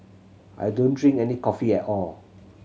I don't drink any coffee at all